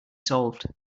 solved